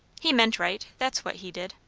he meant right that's what he did.